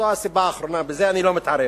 זאת הסיבה האחרונה, בזה אני לא מתערב.